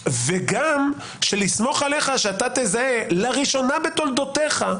וגם לסמוך עליך שאתה תזהה לראשונה בתולדותיך.